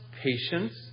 patience